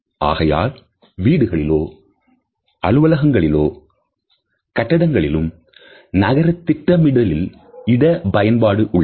ஆகையால் வீடுகளிலோ அலுவலகங்களிலோ கட்டடங்களிலும் நகர திட்டமிடலில் இட பயன்பாடு உள்ளது